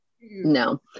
no